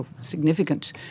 significant